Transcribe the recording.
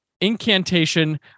incantation